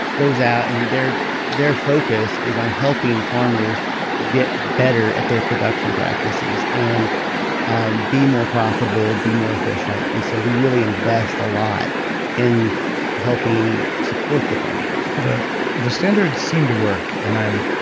goes out, and their their focus is on helping farmers get better at their production practices, and um be more profitable, be more efficient. and so we really invest a lot in helping support the farmers the the standards seem to work, and i'm